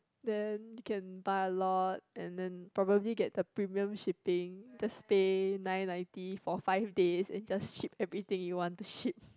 then can buy a lot and then probably get the premium shipping just pay nine ninety for five days and just ship everything you want to ship